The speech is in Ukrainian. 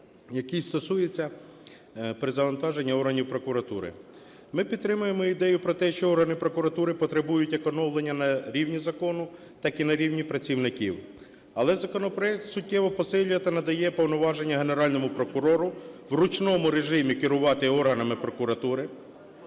який стосується перезавантаження органів прокуратури. Ми підтримуємо ідею про те, що органи прокуратури потребують як оновлення на рівні закону, так і на рівні працівників. Але законопроект суттєво посилює та надає повноваження Генеральному прокурору в ручному режимі керувати органами прокуратури.